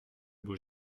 beau